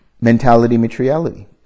mentality-materiality